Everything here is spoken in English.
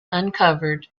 uncovered